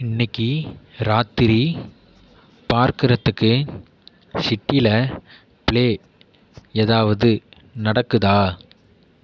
இன்னிக்கு ராத்திரி பார்க்குறத்துக்கு சிட்டியில் பிளே ஏதாவது நடக்குதா